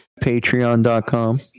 Patreon.com